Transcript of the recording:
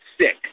sick